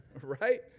right